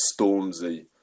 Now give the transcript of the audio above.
Stormzy